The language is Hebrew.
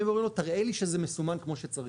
באים ואומרים לו תראה לי שזה מסומן כמו שצריך,